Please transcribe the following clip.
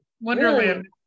Wonderland